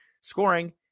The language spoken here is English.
scoring